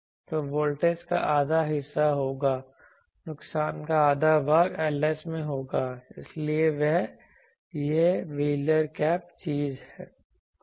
तो वोल्टेज का आधा हिस्सा होगा नुकसान का आधा भाग Ls में होगा इसलिए यह व्हीलर कैप चीज है